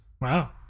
wow